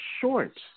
short